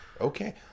Okay